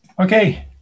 okay